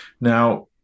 Now